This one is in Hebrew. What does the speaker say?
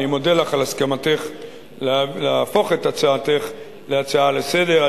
אני מודה לך על הסכמתך להפוך את הצעתך להצעה לסדר-היום.